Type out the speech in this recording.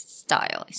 style